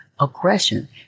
aggression